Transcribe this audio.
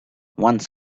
one